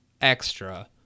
extra